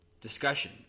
discussion